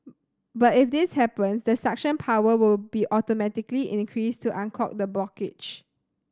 but if this happens the suction power will be automatically increased to unclog the blockage